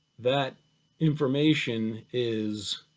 that information is,